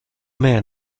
man